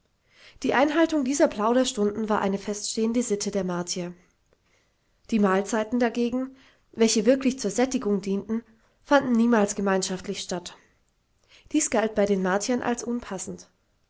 die einhaltung dieser plauderstunden war eine feststehende sitte der martier die mahlzeiten dagegen welche wirklich zur sättigung dienten fanden niemals gemeinschaftlich statt dies galt bei den martiern als unpassend